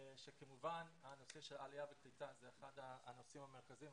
כאשר כמובן הנושא של עלייה וקליטה הוא אחד הנושאים המרכזיים.